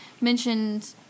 mentioned